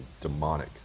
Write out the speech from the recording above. demonic